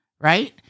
right